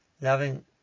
loving